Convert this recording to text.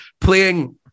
playing